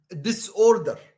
disorder